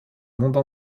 monde